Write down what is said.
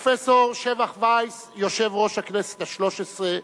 פרופסור שבח וייס יושב-ראש הכנסת השלוש-עשרה,